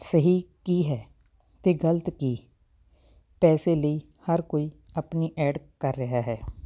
ਸਹੀ ਕੀ ਹੈ ਅਤੇ ਗਲਤ ਕੀ ਪੈਸੇ ਲਈ ਹਰ ਕੋਈ ਆਪਣੀ ਐਡ ਕਰ ਰਿਹਾ ਹੈ